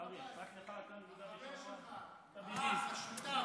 דבר עם מנסור עבאס, הוא חבר שלך, השותף.